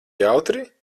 jautri